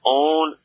own